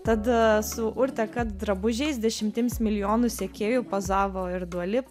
tad su urte kat drabužiais dešimtims milijonų sekėjų pozavo ir duali